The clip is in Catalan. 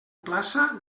plaça